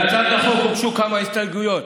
להצעת החוק הוגשו כמה הסתייגויות,